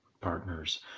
partners